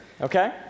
Okay